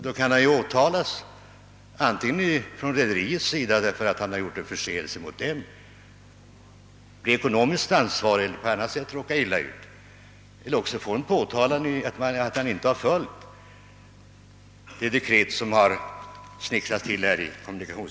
Då kan han åtalas av rederiet därför att han gjort sig skyldig till en förseelse mot det, varigenom han blir ekonomiskt ansvarig eller på annat sätt råkar illa ut, eller också får han påtalat för att han inte följt det dekret som snickrats